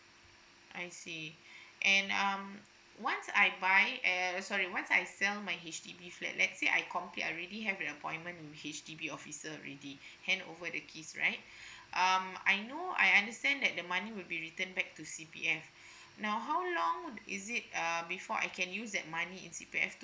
I see and um once I buy err sorry once I sell my H_D_B flat let's say I already have an appointment in H_D_B officer already handover the keys right um I know I understand that the money will be returned back to C_P_F now how long is it uh before I can use that money in C_P_F to make